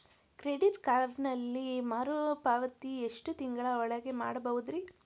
Credit ಕಾರ್ಡಿನಲ್ಲಿ ಮರುಪಾವತಿ ಎಷ್ಟು ತಿಂಗಳ ಒಳಗ ಮಾಡಬಹುದ್ರಿ?